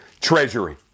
treasury